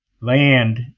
Land